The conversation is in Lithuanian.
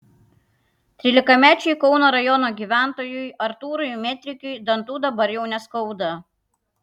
trylikamečiui kauno rajono gyventojui artūrui metrikiui dantų dabar jau neskauda